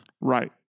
Right